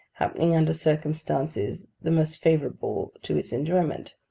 happening under circumstances the most favourable to its enjoyment.